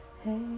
Hey